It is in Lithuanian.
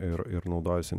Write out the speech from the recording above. ir ir naudojuosi